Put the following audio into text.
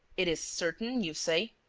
it is certain, you say?